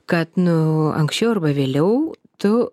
kad nu anksčiau arba vėliau tu